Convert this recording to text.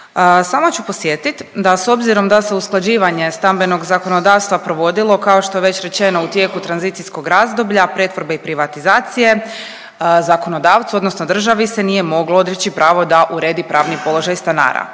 Samo ću podsjetit da s obzirom da se usklađivanje stambenog zakonodavstva provodilo kao što već rečeno u tijeku tranzicijskog razdoblja pretvorbe i privatizacije, zakonodavcu odnosno državi se nije moglo odreći pravo da uredi pravni položaj stanara